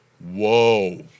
whoa